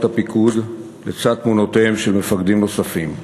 הפיקוד לצד תמונותיהם של מפקדים נוספים.